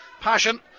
passion